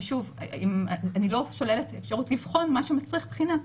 ושוב אני לא שוללת אפשרות לבחון מה מצריך בחינה,